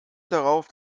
darauf